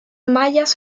mayas